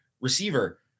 Receiver